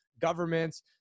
governments